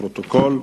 לפרוטוקול.